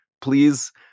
please